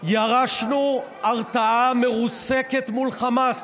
ירשנו הרתעה מרוסקת מול חמאס.